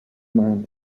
man